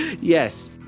Yes